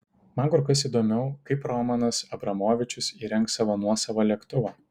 man kur kas įdomiau kaip romanas abramovičius įrengs savo nuosavą lėktuvą